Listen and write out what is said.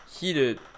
heated